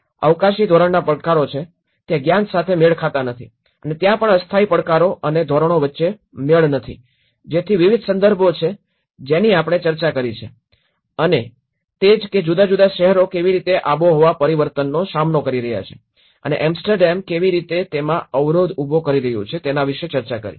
અવકાશી ધોરણોનાં પડકારો છે ત્યાં જ્ઞાન સાથે મેળ ખાતા નથી અને ત્યાં પણ અસ્થાયી પડકારો અને ધોરણો વચ્ચે મેળ ખાતા નથી જેથી વિવિધ સંદર્ભો છે જેની આપણે ચર્ચા કરી છે અને તે જ છે કે જુદા જુદા શહેરો કેવી રીતે આબોહવા પરિવર્તનનો સામનો કરી રહ્યા છે અને એમ્સ્ટરડેમ કેવી રીતે તેમાં અવરોધ ઉભો કરી રહ્યું છે તેના વિષે ચર્ચા કરી